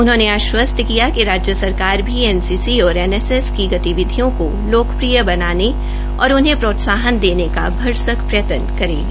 उन्होंने आश्वस्त किया कि राज्य सरकार भी एनसीसी और एनएसएस की गतिविधियों को लोकप्रिय बनाने और उन्हें प्रोत्साहन देने का भरसक प्रयत्न करेगी